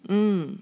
mm